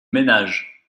ménages